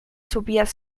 tobias